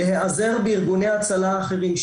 להיעזר בארגוני הצלה אחרים,